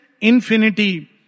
infinity